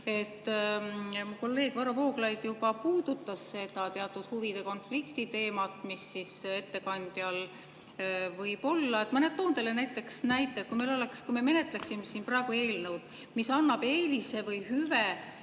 Kolleeg Varro Vooglaid juba puudutas seda teatud huvide konflikti teemat, mis ettekandjal võib olla. Ma toon teile näite, et kui me menetleksime siin praegu eelnõu, mis annab eelise või hüve